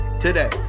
today